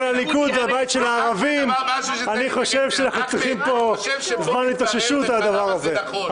אני מזכיר שהצעת היועץ המשפטי לכנסת היא להעביר את הדיון לוועדת